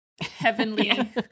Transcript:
heavenly